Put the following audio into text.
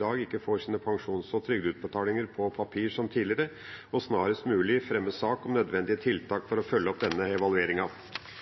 det, skal få tilsendt utbetalingsmeldinger fra Arbeids- og velferdsetaten på papir hver måned, og – videre – representantforslag fra representantene Kjersti Toppe og